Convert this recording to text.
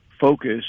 focus